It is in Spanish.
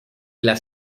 las